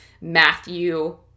Matthew